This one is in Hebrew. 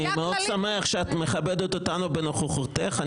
אני מאוד שמח שאת מכבדת אותנו בנוכחותך.